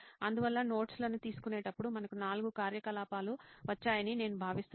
అందువల్ల నోట్స్ లను తీసుకునేటప్పుడు మనకు నాలుగు కార్యకలాపాలు వచ్చాయని నేను భావిస్తున్నాను